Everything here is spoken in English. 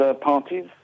parties